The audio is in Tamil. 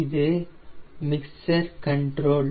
இது மிக்ஸ்சர் கண்ட்ரோல்